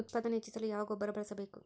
ಉತ್ಪಾದನೆ ಹೆಚ್ಚಿಸಲು ಯಾವ ಗೊಬ್ಬರ ಬಳಸಬೇಕು?